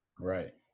Right